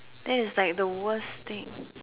that is like the worst thing